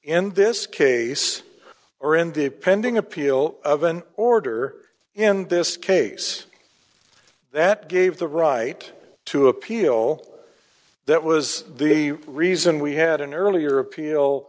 in this case or in the pending appeal of an order in this case that gave the right to appeal that was the reason we had an earlier appeal